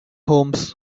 homes